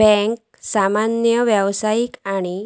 बँका सामान्य व्यावसायिक आणि